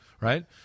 Right